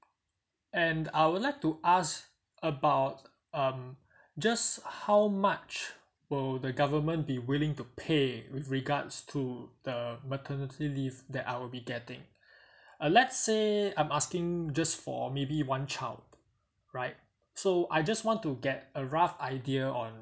and I would like to ask about um just how much will the government be willing to pay with regards to the maternity leave that I'll be getting uh let's say I'm asking just for maybe one child right so I just want to get a rough idea on